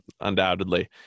undoubtedly